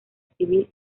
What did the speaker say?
civil